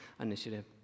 initiative